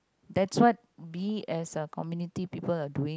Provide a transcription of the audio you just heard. that's what we as a community people are doing